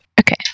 Okay